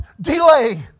delay